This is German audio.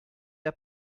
der